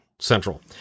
Central